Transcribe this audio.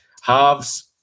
Halves